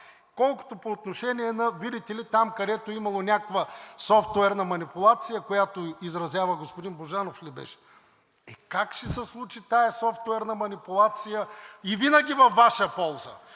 това? По отношение на, видите ли, там където имало някаква софтуерна манипулация, както се изразява господин Божанов. Е, как ще се случи тази софтуерна манипулация и винаги във Ваша полза?!